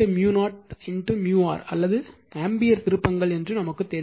µ0 µr அல்லது ஆம்பியர் திருப்பங்கள் என்று நமக்குத் தெரியும்